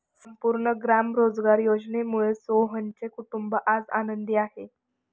संपूर्ण ग्राम रोजगार योजनेमुळे सोहनचे कुटुंब आज आनंदी आहे